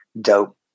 dope